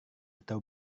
atau